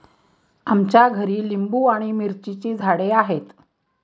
आमच्या घरी लिंबू आणि मिरचीची झाडे आहेत